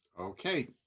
okay